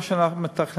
מה שאנחנו מתכננים,